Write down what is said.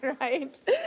right